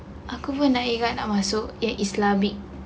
aku pun nak elak nak masuk islamic